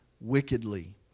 wickedly